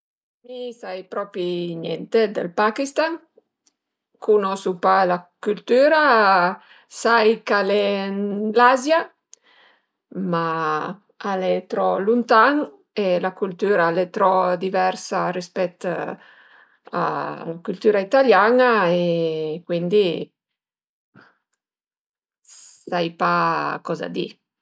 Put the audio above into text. Mi sai propi niente dël Pakistan, cunosu pa la cültüra, sai ch'al e ën l'Azia, ma al e trop luntan e la cültüra al e trop diversa rispèt la cültüra italian-a e cuindi sai pa coza di